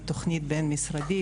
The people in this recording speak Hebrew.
היא תוכנית בין-משרדית,